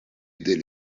dès